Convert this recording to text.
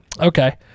okay